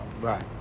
right